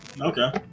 okay